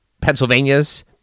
Pennsylvania's